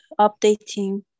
updating